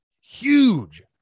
Huge